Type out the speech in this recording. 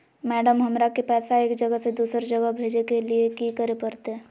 Madam, हमरा के पैसा एक जगह से दुसर जगह भेजे के लिए की की करे परते?